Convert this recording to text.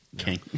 Okay